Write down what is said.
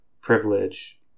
privilege